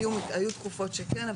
היו תקופות שכן,